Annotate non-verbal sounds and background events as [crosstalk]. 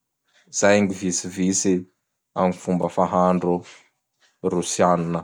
[noise] Zay gny [noise] Vitsivitsy [noise] am fomba fahandro [noise] Rossianina. [noise]